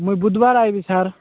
ମୁଁ ବୁଧବାର ଆସିବି ସାର୍